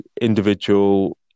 individual